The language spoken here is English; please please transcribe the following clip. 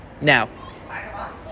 Now